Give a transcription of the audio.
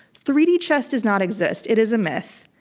three d chess does not exist. it is a myth.